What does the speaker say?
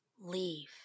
Leave